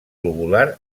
globular